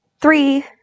three